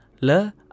le